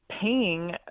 paying